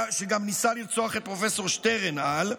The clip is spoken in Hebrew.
שגם ניסה לרצוח את פרופ' שטרנהל.